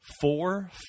Four